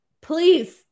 Please